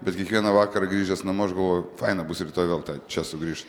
bet kiekvieną vakarą grįžęs namo aš galvoju faina bus rytoj vėl čia sugrįžt